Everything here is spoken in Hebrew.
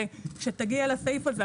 וכשתגיע לסעיף הזה,